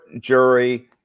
jury